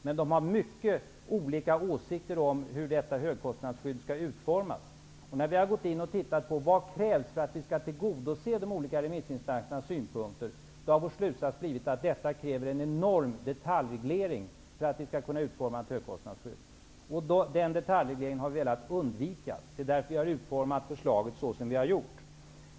Men de har mycket olika åsikter om hur detta högkostnadsskydd skall utformas. När vi har gått in och tittat på vad som krävs för att vi skall tillgodose de olika remissinstansernas synpunkter har vår slutsats blivit att det kräver en enorm detaljreglering för att vi skall kunna utforma ett högkostnadsskydd. Den detaljregleringen har vi velat undvika. Det är därför vi har utformat förslaget på detta sätt.